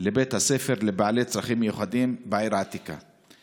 לבית הספר לבעלי צרכים מיוחדים בעיר העתיקה.